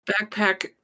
Backpack